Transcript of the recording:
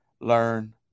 Learn